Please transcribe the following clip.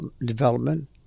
development